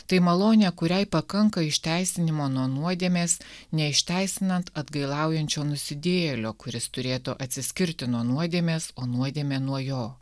tai malonė kuriai pakanka išteisinimo nuo nuodėmės neišteisinant atgailaujančio nusidėjėlio kuris turėtų atsiskirti nuo nuodėmės o nuodėmę nuo jo